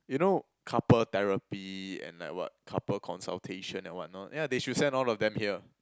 you know couple therapy and like what couple consultation and what not yeah they should send all of them here